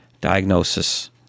diagnosis